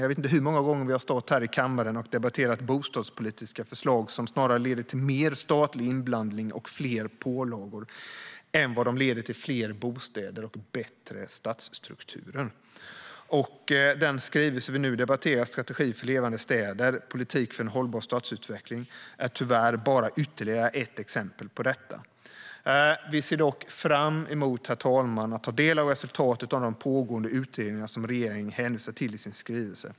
Jag vet inte hur många gånger vi har stått här i kammaren och debatterat bostadspolitiska förslag som snarare leder till mer statlig inblandning och fler pålagor än till fler bostäder och bättre stadsstrukturer. Den skrivelse som vi nu debatterar, Strategi för Levande städer - Politik för en hållbar stadsutveckling , är tyvärr bara ytterligare ett exempel på detta. Vi ser dock fram emot, herr talman, att ta del av resultatet av de pågående utredningar som regeringen hänvisar till i sin skrivelse.